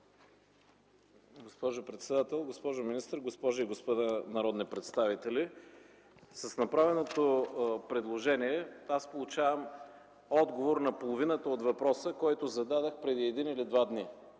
Госпожо председател, госпожо министър, госпожи и господа народни представители! С направеното предложение аз получавам отговор на половината от въпроса, който зададох преди един или два дни.